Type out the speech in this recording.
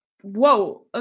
Whoa